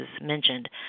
mentioned